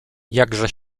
jakże